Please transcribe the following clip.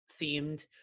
themed